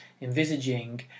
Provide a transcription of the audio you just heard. envisaging